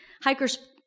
hikers